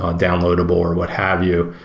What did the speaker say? ah downloadable or what have you?